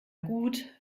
gut